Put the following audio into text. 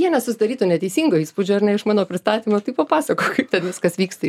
jie nesusidarytų neteisingų įspūdžių ar ne iš mano pristatymų tai papasakok kaip ten viskas vyksta